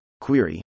query